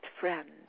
friend